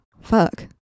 Fuck